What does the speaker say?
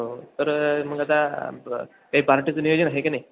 हो तर मग आता काही पार्टीचं नियोजन आहे की नाही